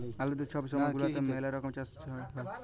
আলেদা ছব ছময় গুলাতে ম্যালা রকমের চাষ বাস হ্যয়